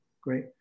Great